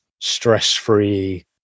stress-free